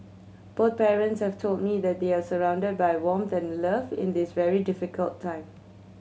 both parents have told me that they are surrounded by warmth and love in this very difficult time